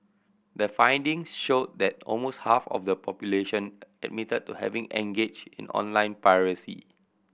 the findings show that almost half of the population admitted to having engaged in online piracy